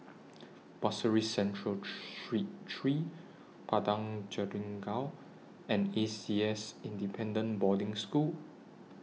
Pasir Ris Central Street three Padang Jeringau and A C S Independent Boarding School